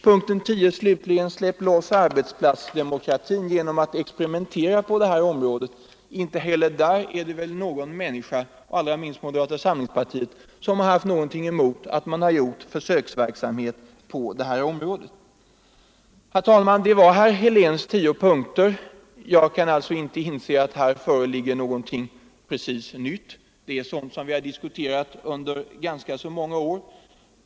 Punkten 10 slutligen: Släpp loss arbetsplatsdemokratin genom att experimentera på området! Inte heller där är det väl någon människa, i alla fall inte inom moderata samlingspartiet, som haft någonting emot att man genomfört försöksverksamhet. Herr talman! Det var herr Heléns tio punkter. Jag kan alltså inte inse att här föreligger någonting nytt alls; det är sådant som vi har diskuterat under många år.